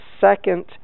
second